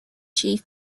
chief